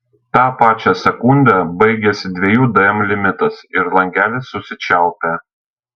tą pačią sekundę baigiasi dviejų dm limitas ir langelis susičiaupia